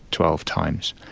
twelve times,